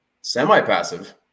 Semi-passive